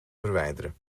verwijderen